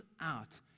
out